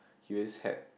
he always had